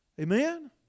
Amen